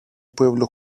pueblo